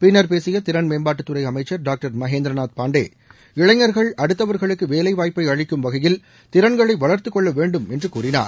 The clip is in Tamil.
பின்னா் பேசிய திறன் மேம்பாட்டுத்துறை அமைச்சர் டாக்டர் மகேந்திரநாத் பாண்டே இளைஞர்கள் அடுத்தவர்களுக்கு வேலைவாய்ப்பை அளிக்கும் வகையில் திறன்களை வளர்த்துக்கொள்ளவேண்டும் என்று கூறினார்